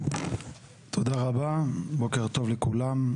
תודה רבה, בוקר טוב לכולם.